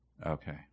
Okay